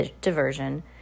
diversion